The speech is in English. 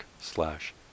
slash